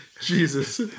Jesus